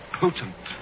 potent